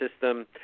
system